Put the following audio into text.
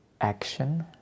action